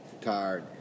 tired